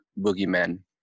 boogeymen